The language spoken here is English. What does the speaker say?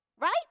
right